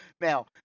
Now